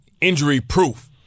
injury-proof